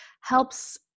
helps